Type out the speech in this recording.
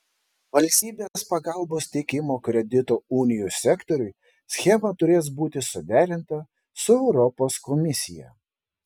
valstybės pagalbos teikimo kredito unijų sektoriui schema turės būti suderinta su europos komisija